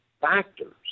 factors